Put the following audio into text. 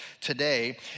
today